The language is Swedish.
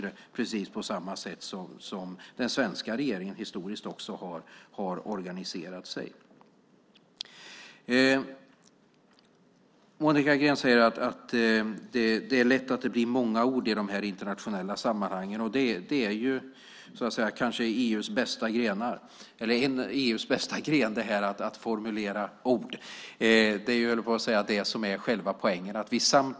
Det är alltså precis på samma sätt som den svenska regeringen historiskt har organiserat sig. Monica Green säger att det är lätt att det blir många ord i de här internationella sammanhangen. Och det är kanske EU:s bästa gren att formulera ord. Det är det som är själva poängen, höll jag på att säga.